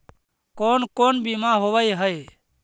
कोन कोन बिमा होवय है?